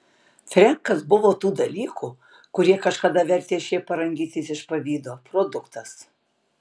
frenkas buvo tų dalykų kurie kažkada vertė šėpą rangytis iš pavydo produktas